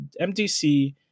MDC